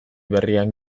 berriak